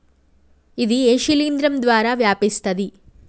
ఇది ఏ శిలింద్రం ద్వారా వ్యాపిస్తది?